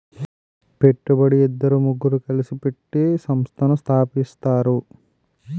పెట్టుబడి ఇద్దరు ముగ్గురు కలిసి పెట్టి సంస్థను స్థాపిస్తారు